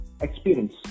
experience